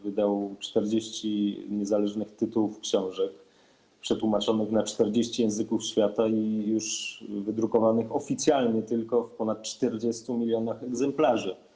Wydał 40 niezależnych tytułów książek, przetłumaczonych na 40 języków świata i wydrukowanych oficjalnie tylko w ponad 40 mln egzemplarzy.